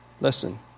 listen